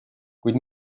kuid